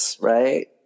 right